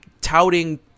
touting